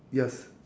yes